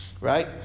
Right